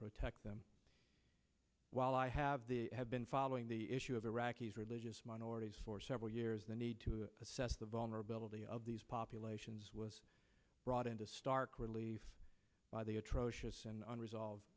protect them while i have the have been following the issue of iraqis religious minorities for several years the need to assess the vulnerability of these populations was brought into stark relief by the atrocious and unresolved